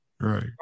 Right